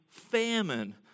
famine